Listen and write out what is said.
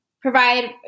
provide